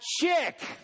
chick